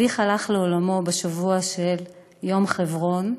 אביך הלך לעולמו בשבוע של יום חברון,